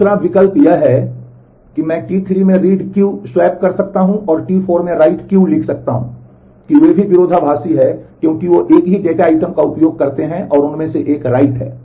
दूसरा विकल्प यह है कि मैं T3 में read लिख सकता हूं कि वे भी विरोधाभासी हैं क्योंकि वे एक ही डेटा आइटम का उपयोग करते हैं और उनमें से एक write है